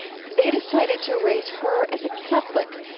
they decided to raise her as a catholic,